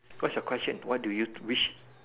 what's your question what do you wish